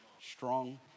Strong